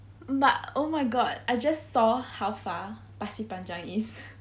but oh my god I just saw how far pasir panjang is